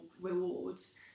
rewards